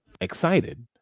excited